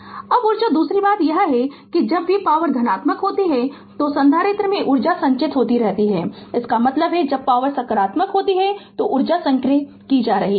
Refer Slide Time 0547 अब ऊर्जा दूसरी बात यह है कि जब भी पॉवर धनात्मक होती है तो संधारित्र में ऊर्जा संचित होती रहती है इसका मतलब है जब पॉवर सकारात्मक होती है तो ऊर्जा संग्रहित की जा रही है